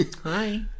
hi